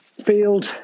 field